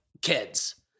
kids